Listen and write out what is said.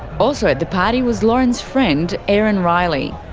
also at the party was lauren's friend erin riley.